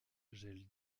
gèle